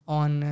on